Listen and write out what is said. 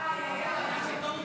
נתקבל.